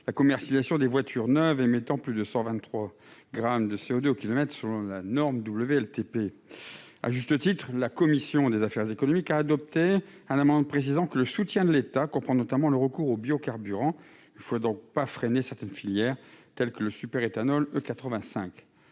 la commercialisation des voitures neuves émettant plus de 123 grammes de CO2 par kilomètre, selon la norme WLTP. La commission des affaires économiques a adopté, à juste titre, un amendement tendant à préciser que le soutien de l'État comprend notamment le recours aux biocarburants. Il convient donc de ne pas freiner certaines filières, telles que le superéthanol E85.